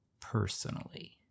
personally